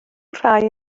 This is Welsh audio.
rhai